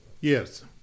Yes